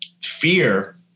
fear